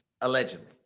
Allegedly